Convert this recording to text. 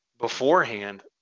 beforehand